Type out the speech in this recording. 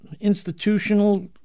institutional